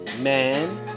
Man